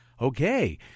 okay